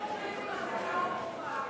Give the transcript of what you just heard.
זכויות הוריות (תיקוני חקיקה),